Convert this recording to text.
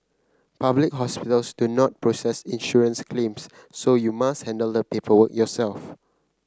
public hospitals do not process insurance claims so you must handle the paperwork yourself